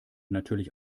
natürlich